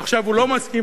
עכשיו הוא לא מסכים.